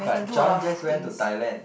but John just went to Thailand